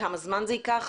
כמה זמן זה ייקח,